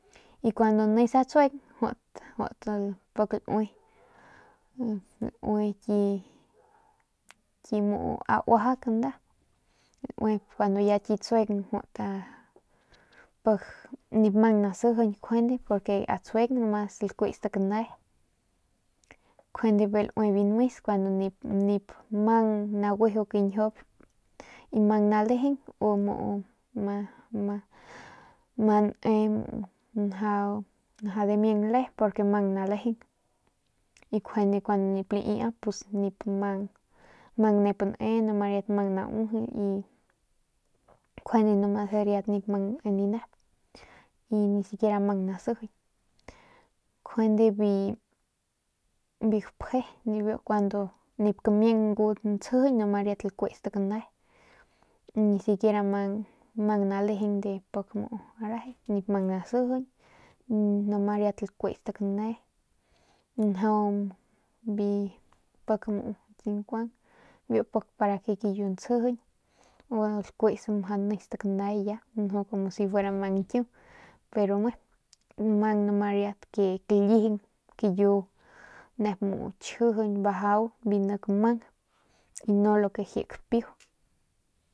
Y cuando ni atsuen jut pik laue laui ki mu uajauk nda laui kun ya ki tsueng bi nip mang nasijiñ njuande atsueng mas lakuits ti kane njuande bijiy laui biu nmes lakuits ti kane y mang ne mjau dimiang le y mang nalejen y njuande kun nip laiap pus nip mng nep nep y njuande riat mang nauijily y nkjuande riat nip mang ne ninep y nisiquiera man nasijiñ kujande biu gapje kuando nip kamien ngu ntsjiñ no mas lakuis biu kane y nisiquiera man nalegen de pak muu arege nip man nasijiñ y lakuis kane njau pak ki nkuang biu pak ke quijiu ntsjiñ bu lakuis majau nis ta kane como si fuera mjang nkiu pero me man no ma riat ke kilijiñ y kiyu nep muu tchjijiñ bajau bi nak man y no lo ke kpiu.